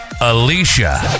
Alicia